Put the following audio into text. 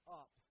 up